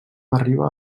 arriba